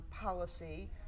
policy